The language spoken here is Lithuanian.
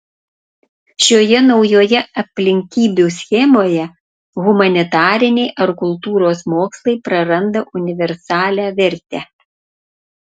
šioje naujoje aplinkybių schemoje humanitariniai ar kultūros mokslai praranda universalią vertę